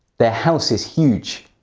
their house is huge!